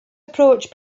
approach